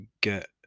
get